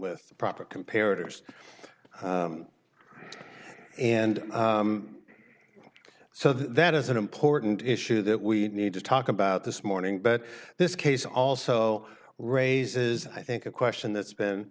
with proper comparatives and so that is an important issue that we need to talk about this morning but this case also raises i think a question that's